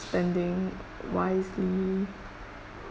spending wisely